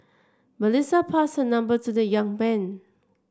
Melissa passed her number to the young man